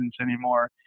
anymore